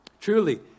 Truly